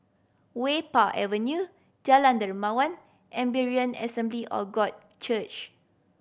Wah Pei Avenue Jalan Dermawan and Berean Assembly of God Church